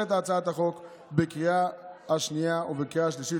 את הצעת החוק בקריאה השנייה ובקריאה השלישית.